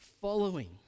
following